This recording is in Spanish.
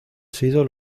sido